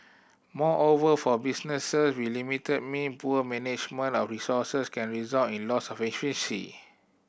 moreover for business with limited mean poor management of resource can result in loss of